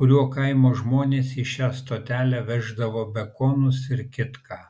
kuriuo kaimo žmonės į šią stotelę veždavo bekonus ir kitką